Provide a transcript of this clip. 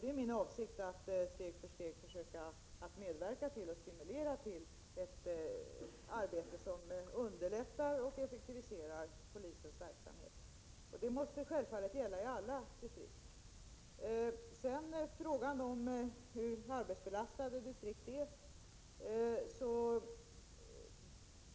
Det är min avsikt att försöka steg för steg medverka till och stimulera till en arbetsfördelning som underlättar och effektiviserar polisens verksamhet. Det måste självfallet gälla i alla distrikt. Frågan om hur arbetsbelastade distrikten är